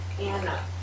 Anna